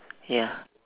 ya